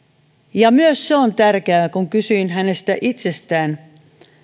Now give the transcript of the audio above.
myös se on tärkeää kun kysyin hänestä itsestään